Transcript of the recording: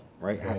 Right